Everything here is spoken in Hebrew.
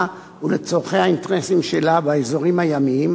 ולצורכי האינטרסים שלה באזורים הימיים,